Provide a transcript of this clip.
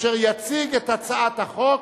את הצעת החוק,